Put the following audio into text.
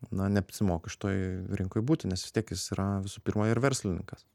na neapsimoka šitoj rinkoj būti nes vis tiek jis yra visų pirma ir verslininkas